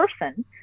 person